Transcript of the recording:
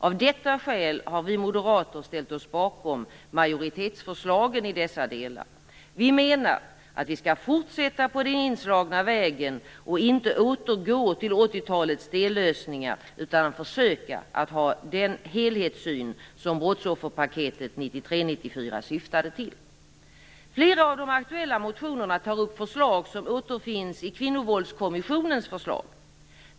Av detta skäl har vi moderater ställt oss bakom majoritetsförslagen i dessa delar. Vi menar att vi skall fortsätta på den inslagna vägen, inte återgå till 80-talets dellösningar utan försöka att ha den helhetssyn som brottsofferpaketet 1993/94 syftade till. Flera av de aktuella motionerna tar upp förslag som återfinns i Kvinnovåldskommissionens förslag.